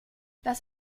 das